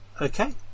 okay